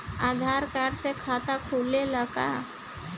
आधार card से खाता खुले ला का?